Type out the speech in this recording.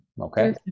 okay